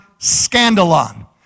scandalon